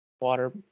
water